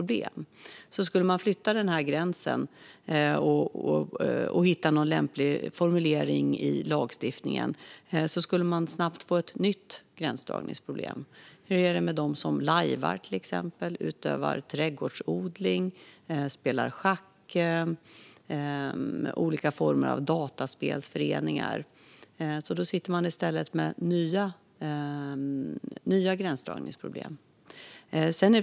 Om man skulle flytta denna gräns och hitta någon lämplig formulering i lagstiftningen skulle man snabbt få ett nytt gränsdragningsproblem. Hur är det till exempel med dem som lajvar, utövar trädgårdsodling eller spelar schack? Hur är det med olika former av dataspelsföreningar? Då sitter man i stället med nya gränsdragningsproblem.